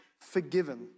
forgiven